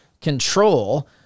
control